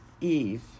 Eve